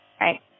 right